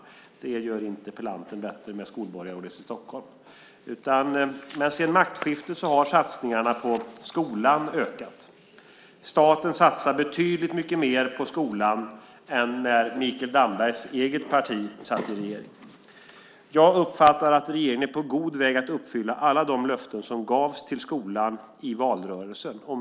Det gör interpellanten bättre med skolborgarrådet i Stockholm. Sedan maktskiftet har satsningarna på skolan ökat. Staten satsar betydligt mycket mer på skolan än när Mikael Dambergs eget parti var i regeringsställning. Jag uppfattar att regeringen är på god väg att uppfylla alla de löften som gavs till skolan i valrörelsen.